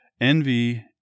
envy